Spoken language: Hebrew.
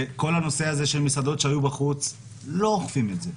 וכל הנושא של מסעדות שהיו בחוץ, לא אוכפים את זה,